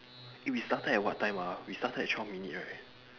eh we started at what time ah we started at twelve minute right